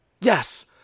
Yes